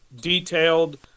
detailed